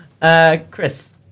Chris